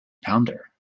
pounder